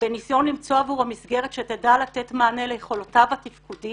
בניסיון למצוא עבורו מסגרת שתדע לתת מענה ליכולותיו התפקודיים